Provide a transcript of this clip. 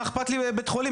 מה אכפת לי בית חולים?